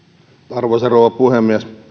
arvoisa rouva puhemies